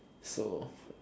so